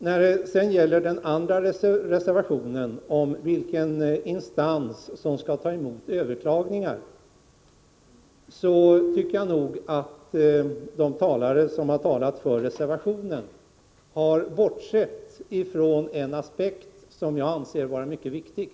När det gäller den andra reservationen, om vilken instans som skall ta emot överklaganden, tycker jag nog att de talare som har talat för reservationen har bortsett från en aspekt som jag anser vara mycket viktig.